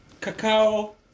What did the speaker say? cacao